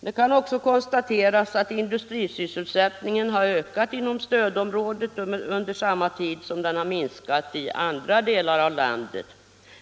Det kan konstateras att industrisysselsättningen ökat inom stödområdet under samma tid som den har minskat i andra delar av landet.